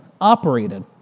operated